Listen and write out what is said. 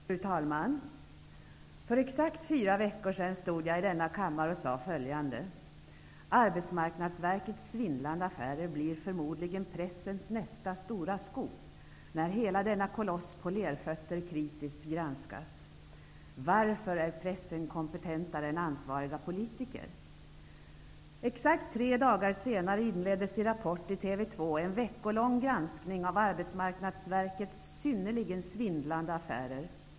Fru talman! För exakt fyra veckor sedan stod jag i denna kammare och sade följande: Arbetsmarknadsverkets svindlande affärer blir förmodligen pressens nästa stora scoop, när hela denna koloss på lerfötter kritiskt granskas. Varför är pressen kompetentare än ansvariga politiker? Exakt tre dagar senare inleddes i Rapport i TV 2 en veckolång granskning av Arbetsmarknadsverkets synnerligen svindlande affärer.